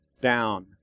down